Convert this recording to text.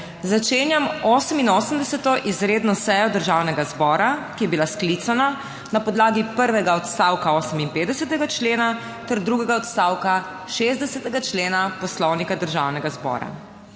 začenjam 88. izredno sejo Državnega zbora, ki je bila sklicana na podlagi prvega odstavka 58. člena ter drugega odstavka 60. člena Poslovnika Državnega zbora.